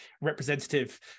representative